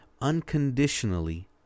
unconditionally